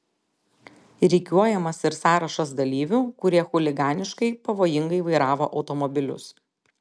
rikiuojamas ir sąrašas dalyvių kurie chuliganiškai pavojingai vairavo automobilius